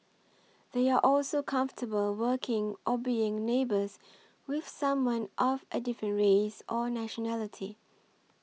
they are also comfortable working or being neighbours with someone of a different race or nationality